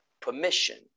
permission